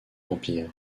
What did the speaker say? empire